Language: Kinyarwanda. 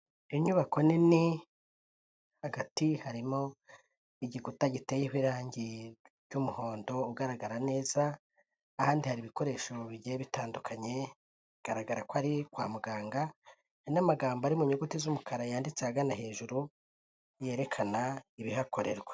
Inyubako nini hagati harimo igikuta giteyeho irangi by'umuhondo ugaragara neza, ahandi hari ibikoresho bigiye bitandukanye, bigaragara ko ari kwa muganga n'amagambo ari mu nyuguti z'umukara yanditse ahagana hejuru, yerekana ibihakorerwa.